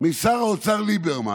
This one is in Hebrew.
משר האוצר ליברמן,